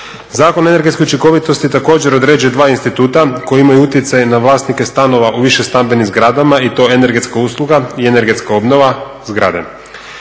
Zakon o energetskoj učinkovitosti također određuje dva instituta koji imaju utjecaj na vlasnike stanova u višestambenim zgradama i to energetska usluga i energetska obnova zgrade.